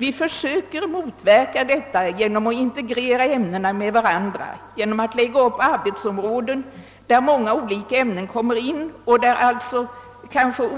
Vi försöker motverka detta genom att integrera ämnena med varandra och genom att lägga upp arbetsområden, som omfattar många olika ämnen och inom